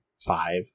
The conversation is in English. five